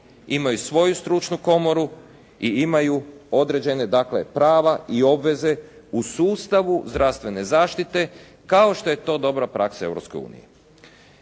imaju svoju stručnu komoru i imaju određene dakle prava i obveze u sustavu zdravstvene zaštite kao što je to dobra praksa